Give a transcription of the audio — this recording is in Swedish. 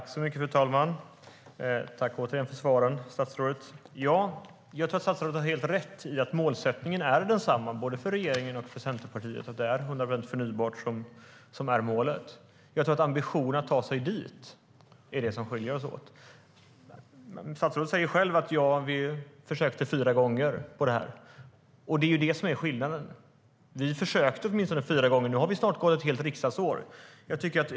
Fru talman! Tack återigen för svaren, statsrådet! Jag tror att statsrådet har helt rätt i att målsättningen är densamma för regeringen och Centerpartiet. Det är 100 procent förnybart som är målet. Ambitionen att ta sig dit är det som skiljer oss åt. Statsrådet säger själv att vi försökte fyra gånger med detta. Det är skillnaden. Vi försökte åtminstone fyra gånger. Nu har det snart gått ett helt riksdagsår.